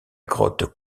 grotte